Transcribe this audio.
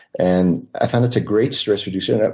and i find that's a great stress reducer.